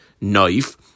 knife